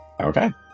okay